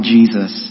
Jesus